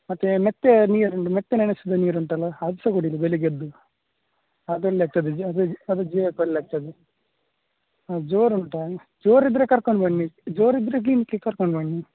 ಮತ್ತೆ ಮೆಂತ್ಯೆಯ ನೀರಿಂದು ಮೆಂತ್ಯೆ ನೆನೆಸಿದ ನೀರು ಉಂಟಲ್ಲ ಅದು ಸ ಕುಡಿರಿ ಬೆಳಿಗ್ಗೆದ್ದು ಅದು ಒಳ್ಳೆ ಆಗ್ತದೆ ಜ ಅದು ಜೀವಕ್ಕೆ ಒಳ್ಳೆ ಆಗ್ತದೆ ಜೋರು ಉಂಟಾ ಜೋರಿದ್ದರೆ ಕರ್ಕೊಂಡು ಬನ್ನಿ ಜೋರಿದ್ದರೆ ಕ್ಲಿನಿಕಿಗೆ ಕರ್ಕೊಂಡು ಬನ್ನಿ